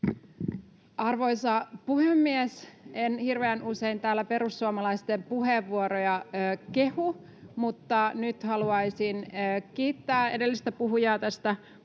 Arvoisa puhemies! En hirveän usein täällä perussuomalaisten puheenvuoroja kehu, mutta nyt haluaisin kiittää edellistä puhujaa tästä